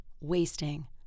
wasting